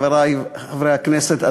חברי חברי הכנסת,